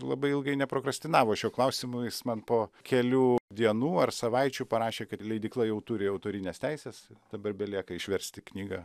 labai ilgai neprokrastinavo šiuo klausimu jis man po kelių dienų ar savaičių parašė kad leidykla jau turi autorines teises dabar belieka išversti knygą